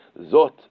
Zot